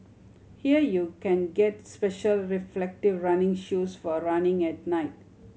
here you can get special reflective running shoes for running at night